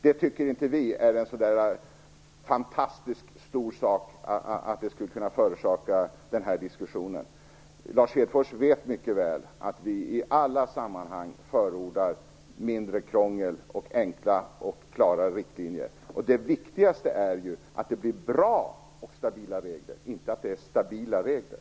Det tycker inte vi är en så fantastiskt stor sak att det skulle behöva förorsaka den här diskussionen. Lars Hedfors vet mycket väl att vi i alla sammanhang förordar mindre krångel, enkla och klara riktlinjer. Det viktigaste är ju att det blir bra och stabila regler, inte att det är stabila regler.